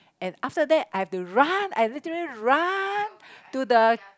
and after that I have to run I literally run to the